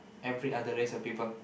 every other race or people